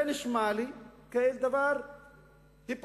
זה נשמע לי כדבר היפותטי,